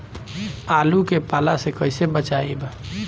आलु के पाला से कईसे बचाईब?